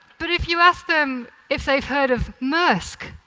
but if you ask them if they've heard of maersk,